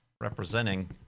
representing